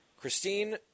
Christine